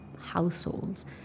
households